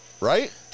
Right